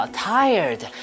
,tired